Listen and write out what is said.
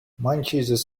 monkeys